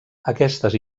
aquestes